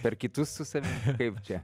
per kitus su savim kaip čia